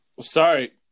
sorry